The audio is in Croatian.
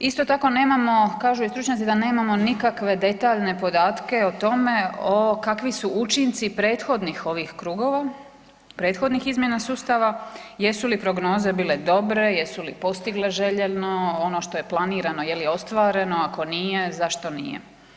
Isto tako nemamo, kažu i stručnjaci da nemamo nikakve detaljne podatke o tome o kakvi su učinci prethodnih ovih krugova, prethodnih izmjena sustava, jesu li prognoze bile dobre, jesu li postigle željeno, ono što je planirano je li ostvareno, ako nije zašto nije.